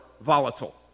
volatile